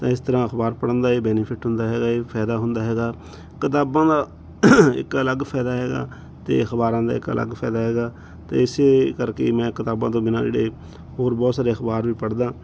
ਤਾਂ ਇਸ ਤਰ੍ਹਾਂ ਅਖਬਾਰ ਪੜ੍ਹਨ ਦਾ ਇਹ ਬੈਨੀਫਿਟ ਹੁੰਦਾ ਹੈਗਾ ਇਹ ਫਾਇਦਾ ਹੁੰਦਾ ਹੈਗਾ ਕਿਤਾਬਾਂ ਦਾ ਇੱਕ ਅਲੱਗ ਫਾਇਦਾ ਹੈਗਾ ਅਤੇ ਅਖਬਾਰਾਂ ਦਾ ਇੱਕ ਅਲੱਗ ਫਾਇਦਾ ਹੈਗਾ ਅਤੇ ਇਸੇ ਕਰਕੇ ਮੈਂ ਕਿਤਾਬਾਂ ਤੋਂ ਬਿਨਾਂ ਜਿਹੜੇ ਹੋਰ ਬਹੁਤ ਸਾਰੇ ਅਖਬਾਰ ਵੀ ਪੜ੍ਹਦਾ